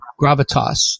gravitas